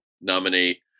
nominate